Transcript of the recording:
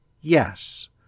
yes